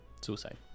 Suicide